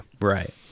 Right